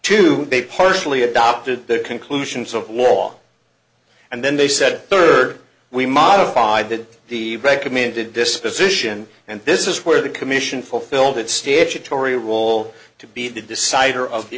be partially adopted the conclusions of law and then they said third we modified that the recommended disposition and this is where the commission fulfilled its statutory role to be the decider of the